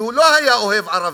שלא היה אוהב ערבים,